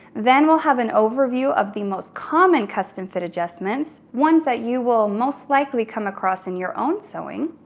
then we'll have an overview of the most common custom fit adjustments, ones that you will most likely come across in your own sewing.